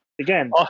again